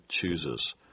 chooses